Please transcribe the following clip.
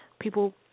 People